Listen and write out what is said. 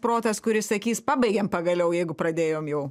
protas kuris sakys pabaigiam pagaliau jeigu pradėjom jau